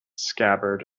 scabbard